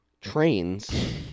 trains